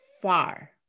far